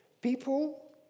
people